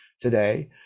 today